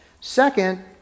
Second